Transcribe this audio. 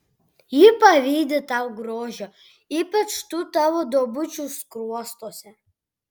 ji pavydi tau grožio ypač tų tavo duobučių skruostuose